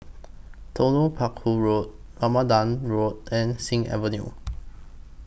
Telok Paku Road Rambutan Road and Sing Avenue